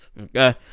okay